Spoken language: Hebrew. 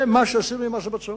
זה מה שעשינו עם מס הבצורת,